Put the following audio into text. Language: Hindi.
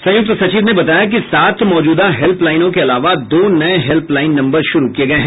संयुक्त सचिव ने बताया कि सात मौजूदा हेल्पलाइनों के अलावा दो नये हेल्पलाइन नम्बर शुरू किये गये हैं